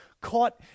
caught